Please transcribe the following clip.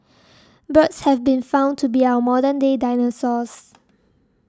birds have been found to be our modern day dinosaurs